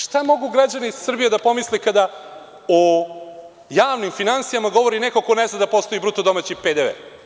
Šta mogu građani Srbije da pomisle kada o javnim finansijama govori neko ko ne zna da postoji bruto domaći PDV.